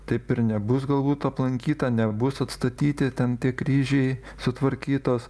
taip ir nebus galbūt aplankyta nebus atstatyti ten tik kryžiai sutvarkytos